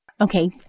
Okay